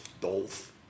Dolph